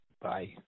Bye